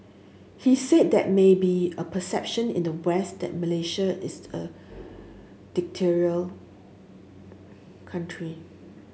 he said there may be a perception in the West that Malaysia is a dictatorial country